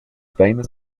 famous